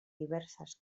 diverses